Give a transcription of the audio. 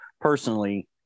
personally